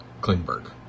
Klingberg